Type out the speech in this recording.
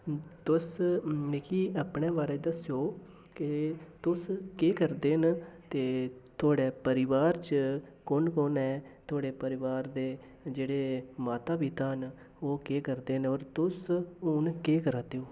तुस मिगी अपने बारै दस्सो के तुस केह् करदे न ते थुआढ़े परिवार च कु'न कु'न ऐ थुआढ़े परिवार दे जेह्ड़े माता पिता न ओह् केह् करदे न होर तुस हू'न केह् करा दे ओ